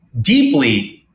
deeply